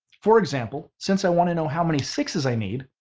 for example, since i want to know how many six s i need,